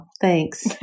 thanks